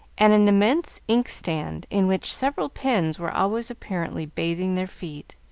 and an immense inkstand, in which several pens were always apparently bathing their feet,